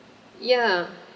ya